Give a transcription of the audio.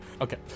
Okay